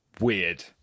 Weird